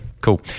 Cool